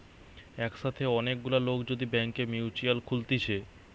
একসাথে অনেক গুলা লোক যদি ব্যাংকে মিউচুয়াল খুলতিছে